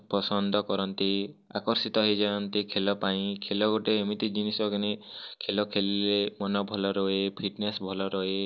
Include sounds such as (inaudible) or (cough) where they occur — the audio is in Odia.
ପସନ୍ଦ କରନ୍ତି ଆକର୍ଷିତ ହୋଇଯାଆନ୍ତି ଖେଲ ପାଇଁ ଖେଲ ଗୋଟେ ଏମିତି ଜିନିଷ (unintelligible) ଖେଲ ଖେଲିଲେ ମନ ଭଲ ରହେ ଫିଟନେସ୍ ଭଲ ରହେ